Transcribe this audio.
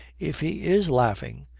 if he is laughing,